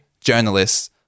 journalists